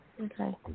Okay